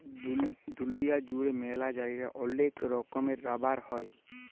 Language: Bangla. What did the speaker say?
দুলিয়া জুড়ে ম্যালা জায়গায় ওলেক রকমের রাবার হ্যয়